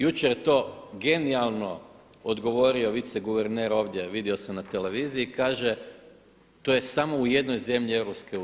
Jučer je to genijalno odgovorio viceguverner ovdje, vidio sam na televiziji, kaže to je samo u jednoj zemlji EU.